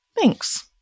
Thanks